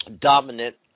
dominant